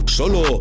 solo